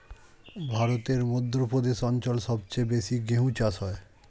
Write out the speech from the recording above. ভারতের মধ্য প্রদেশ অঞ্চল সবচেয়ে বেশি গেহু চাষ হয়